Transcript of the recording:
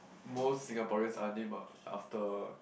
most Singaporeans are named ah after